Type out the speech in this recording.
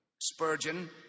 Spurgeon